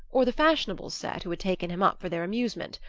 or the fashionable set who had taken him up for their amusement.